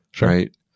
right